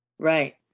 Right